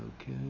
Okay